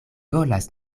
volas